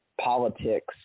politics